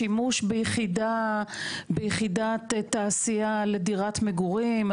פיצול דירות, שימוש ביחידת תעשייה לדירת מגורים.